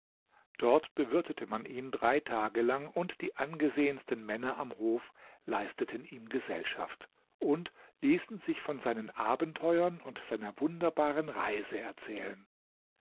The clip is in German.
dort bewirtete man ihn drei tage lang und die angesehensten männer am hof leisteten ihm gesellschaft und ließen sich von seinen abenteuern und seiner wunderbaren reise erzählen